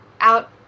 out